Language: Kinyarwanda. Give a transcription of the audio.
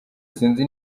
sinzi